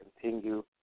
continue